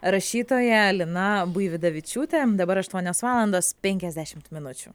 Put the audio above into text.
rašytoja lina buividavičiūte dabar aštuonios valandos penkiasdešimt minučių